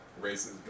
racist